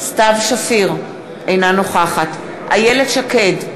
אינה נוכחת איילת שקד,